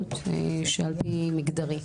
על פי מגדרי.